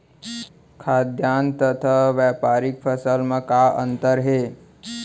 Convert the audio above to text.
खाद्यान्न तथा व्यापारिक फसल मा का अंतर हे?